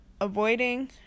avoiding